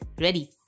ready